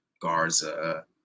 Garza